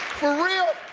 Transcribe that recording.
for real?